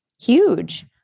Huge